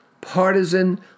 partisan